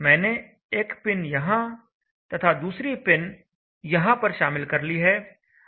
मैंने एक पिन यहां तथा दूसरी पिन यहाँ पर शामिल कर ली है